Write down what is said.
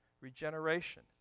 regeneration